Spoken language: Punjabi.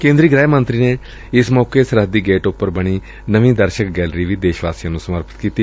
ਕੇਂਦਰੀ ਗ੍ਰਹਿ ਮੰਤਰੀ ਨੇ ਇਸ ਮੌਕੇ ਸਰਹੱਦੀ ਗੇਟ ਉਪਰ ਬਣੀ ਨਵੀਂ ਦਰਸ਼ਕ ਗੈਲਰੀ ਵੀ ਦੇਸ਼ ਵਾਸੀਆਂ ਨੁੰ ਸਮਰਪਿਤ ਕੀਤੀ